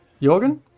Jorgen